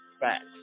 facts